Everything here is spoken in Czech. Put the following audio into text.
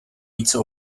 více